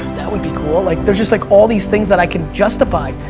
that would be cool. like there's just like all these things that i can justify.